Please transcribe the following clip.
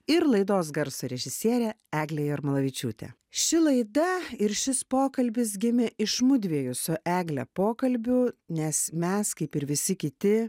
ir laidos garso režisierė eglė jarmolavičiūtė ši laida ir šis pokalbis gimė iš mudviejų su egle pokalbių nes mes kaip ir visi kiti